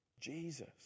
Jesus